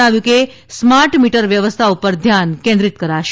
જણાવ્યું કે smart meter વ્યવસ્થા ઉપર ધ્યાન કેન્દ્રીત કરાશે